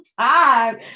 time